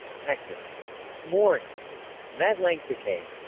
hector moring madlangsakay